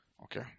Okay